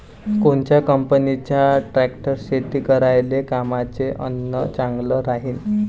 कोनच्या कंपनीचा ट्रॅक्टर शेती करायले कामाचे अन चांगला राहीनं?